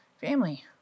family